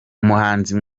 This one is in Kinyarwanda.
umuhanzi